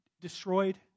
Destroyed